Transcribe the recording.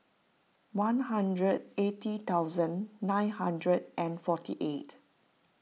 one hundred eighty thousand nine hundred and forty eight